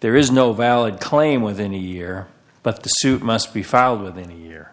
there is no valid claim within a year but the suit must be filed within a year